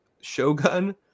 Shogun